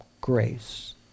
grace